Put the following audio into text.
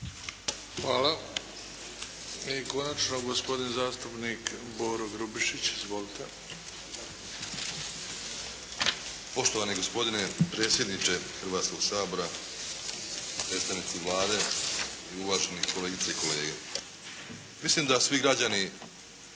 Hvala. Javio se gospodin zastupnik Boro Grubišić. Izvolite. **Grubišić, Boro (HDSSB)** Poštovani gospodine predsjedniče Hrvatskoga sabora, predstavnici Vlade i uvaženi kolegice i kolege. Mislim da svi građani